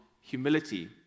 humility